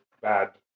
bad